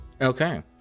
okay